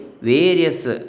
various